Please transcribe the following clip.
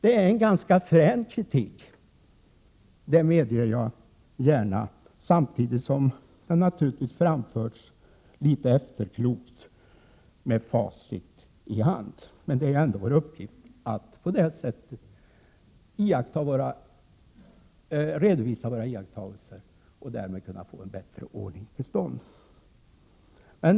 Detta är en ganska frän kritik, det medger jag gärna, samtidigt som den naturligtvis framförs litet efterklokt när vi nu har facit i hand. Det ändå vår uppgift att på detta sätt redovisa våra iakttagelser för att därigenom kunna få en bättre ordning till stånd.